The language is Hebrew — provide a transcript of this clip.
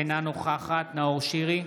אינה נוכחת נאור שירי,